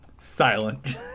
silent